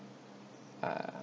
uh